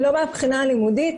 לא מהבחינה הלימודית,